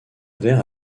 verre